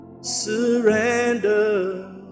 surrender